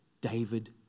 David